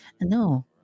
no